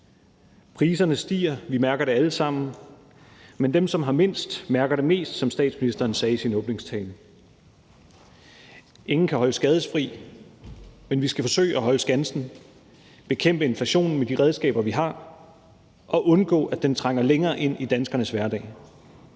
Priserne stiger, vi mærker det alle sammen, men dem, som har mindst, mærker det mest, som statsministeren sagde i sin åbningstale. Ingen kan holdes skadesfri, men vi skal forsøge at holde skansen, bekæmpe inflationen med de redskaber, vi har, og undgå, at den trænger længere ind i danskernes hverdag.